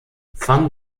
van